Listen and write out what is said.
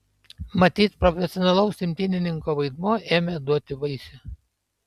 matyt profesionalaus imtynininko vaidmuo ėmė duoti vaisių